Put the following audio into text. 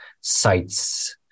sites